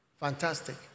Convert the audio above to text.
Fantastic